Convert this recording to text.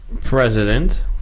president